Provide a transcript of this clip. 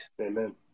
Amen